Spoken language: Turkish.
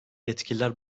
yetkililer